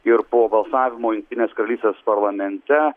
ir po balsavimo jungtinės karalystės parlamente